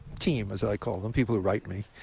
team as i call them, people who write me,